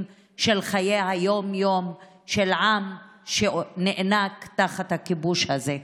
של חיי היום-יום של עם שנאנק תחת הכיבוש הזה.